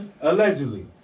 Allegedly